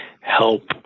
help